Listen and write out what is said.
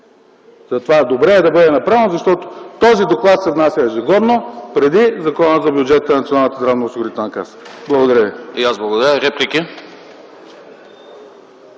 Затова е добре да бъде направено, защото този доклад се внася ежегодно преди Закона за бюджета на Националната